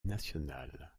nationale